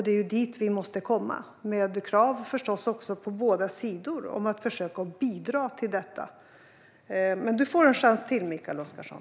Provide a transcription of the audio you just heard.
Det är dit vi måste komma, med krav på båda sidor, förstås, om att försöka att bidra till detta. Du får en chans till, Mikael Oscarsson!